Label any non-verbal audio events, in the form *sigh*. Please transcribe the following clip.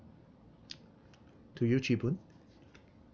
*noise* to you chee boon